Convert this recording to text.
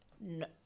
no